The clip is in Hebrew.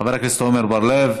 חבר הכנסת עמר בר-לב,